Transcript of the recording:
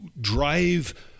drive